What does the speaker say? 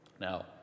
Now